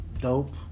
Dope